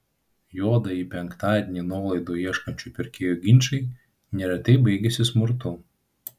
juodąjį penktadienį nuolaidų ieškančių pirkėjų ginčai neretai baigiasi smurtu